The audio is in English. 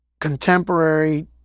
contemporary